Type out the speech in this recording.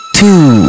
two